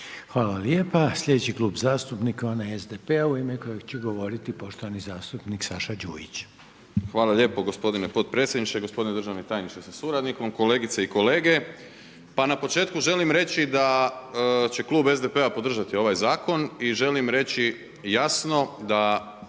Hvala lijepa. Sljedeći Klub zastupnika onaj SDP-a u ime kojeg će govoriti poštovani zastupnik Saša Đujić. **Đujić, Saša (SDP)** Hvala lijepo gospodine potpredsjedniče. Gospodine državni tajniče sa suradnikom, kolegice i kolege. Pa na početku želim reći da će Klub SDP-a podržati ovaj zakon i želim reći jasno da